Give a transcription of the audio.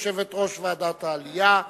יושבת-ראש ועדת העלייה.